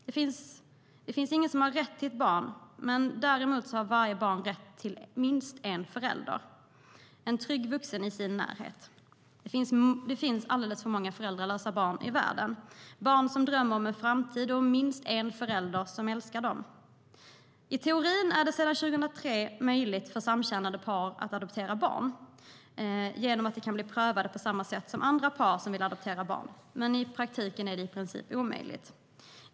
Det finns ingen som har rätt till ett barn, däremot har varje barn rätt till minst en förälder, en trygg vuxen i sin närhet. Det finns alldeles för många föräldralösa barn i världen, barn som drömmer om en framtid och minst en förälder som älskar dem. I teorin är det sedan 2003 möjligt för samkönade par att adoptera barn genom att de kan bli prövade på samma sätt som andra par som vill adoptera, men i praktiken är det i princip omöjligt.